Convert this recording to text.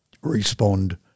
respond